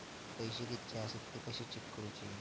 पैसे कीतके आसत ते कशे चेक करूचे?